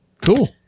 cool